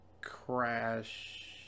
Crash